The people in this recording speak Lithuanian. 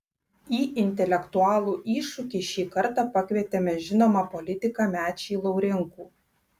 į intelektualų iššūkį šį kartą pakvietėme žinomą politiką mečį laurinkų